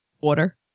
water